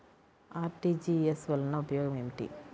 RTGS వలన ఉపయోగం ఏమిటీ?